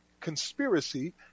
conspiracy